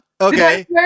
okay